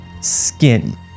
skin